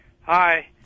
Hi